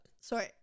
sorry